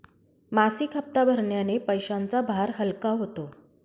मासिक हप्ता भरण्याने पैशांचा भार हलका होतो